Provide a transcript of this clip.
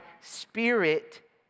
spirit